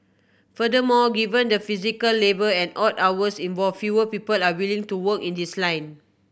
furthermore given the physical labour and odd hours involved fewer people are willing to work in this line